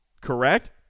Correct